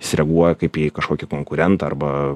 jis reaguoja kaip į kažkokį konkurentą arba